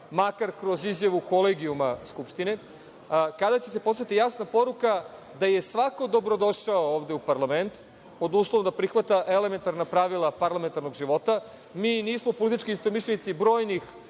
makar kroz izjavu Kolegijuma Skupštine? Kada će se poslati jasna poruka da je svako dobrodošao ovde u parlament, pod uslovom da prihvata elementarna pravila parlamentarnog života? Mi nismo politički istomišljenici brojnih